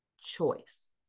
choice